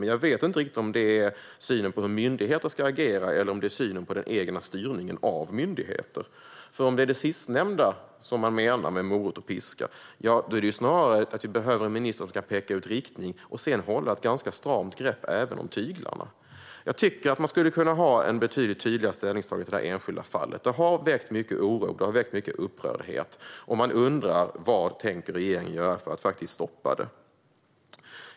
Men jag vet inte riktigt om det handlar om synen på hur myndigheter ska agera eller om det handlar om synen på den egna styrningen av myndigheter. Om det är det sistnämnda man menar med morot och piska behöver vi nämligen snarare en minister som ska peka ut riktningen och sedan hålla ett ganska stramt grepp även om tyglarna. Jag tycker att man skulle kunna ha ett betydligt tydligare ställningstagande i det här enskilda fallet. Det har väckt mycket oro, och det har väckt mycket upprördhet. Man undrar vad regeringen tänker göra för att faktiskt stoppa detta.